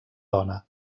dona